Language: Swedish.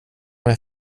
med